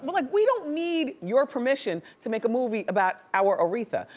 like we don't need your permission to make a movie about our aretha.